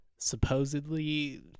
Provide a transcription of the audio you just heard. supposedly